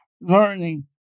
learning